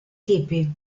tipi